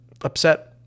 upset